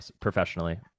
professionally